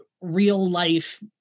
real-life